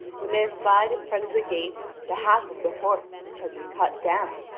when they espied in front of the gate the half of the horse which had been cut down.